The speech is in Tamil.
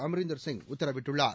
அம்ரிந்தர் சிங் உத்தரவிட்டுள்ளார்